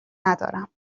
ندارم